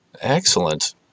Excellent